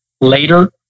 later